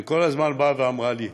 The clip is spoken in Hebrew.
וכל הזמן באה ואמרה לי: